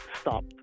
stop